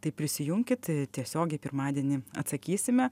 tai prisijunkit tiesiogiai pirmadienį atsakysime